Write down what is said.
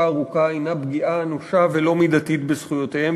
ארוכה הנה פגיעה אנושה ולא מידתית בזכויותיהם,